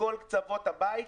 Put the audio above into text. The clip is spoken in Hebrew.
מכל קצוות ה בית,